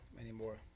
anymore